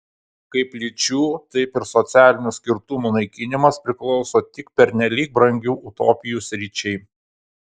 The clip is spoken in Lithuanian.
kaip lyčių taip ir socialinių skirtumų naikinimas priklauso tik pernelyg brangių utopijų sričiai